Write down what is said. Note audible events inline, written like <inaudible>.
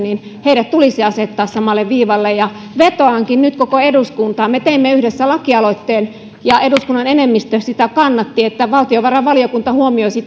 heidät tulisi asettaa samalle viivalle vetoankin nyt koko eduskuntaan me teimme yhdessä lakialoitteen ja eduskunnan enemmistö sitä kannatti että valtiovarainvaliokunta huomioisi <unintelligible>